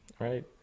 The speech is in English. Right